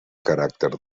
caràcter